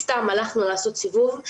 סתם הלכנו לעשות סיבוב,